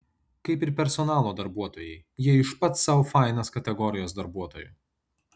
kaip ir personalo darbuotojai jie iš pats sau fainas kategorijos darbuotojų